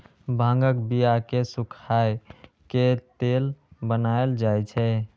भांगक बिया कें सुखाए के तेल बनाएल जाइ छै